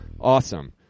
Awesome